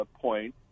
point